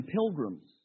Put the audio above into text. pilgrims